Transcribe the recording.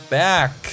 back